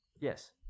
Yes